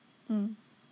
mm